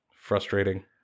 Frustrating